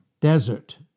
desert